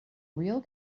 real